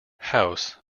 house